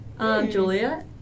Julia